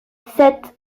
sept